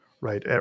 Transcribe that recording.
right